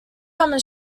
common